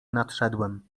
nadszedłem